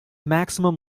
maximum